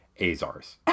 Azars